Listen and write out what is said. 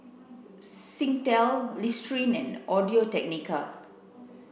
Singtel Listerine and Audio Technica